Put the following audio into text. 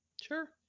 sure